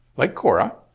like korah,